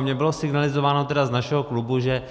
Mně bylo signalizováno z našeho klubu, že